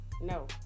No